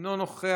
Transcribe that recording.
אינו נוכח,